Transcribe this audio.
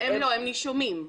לא, הם נישומים.